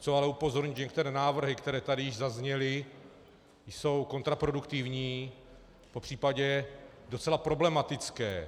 Chci ale upozornit, že některé návrhy, které tady již zazněly, jsou kontraproduktivní, popřípadě docela problematické.